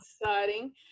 exciting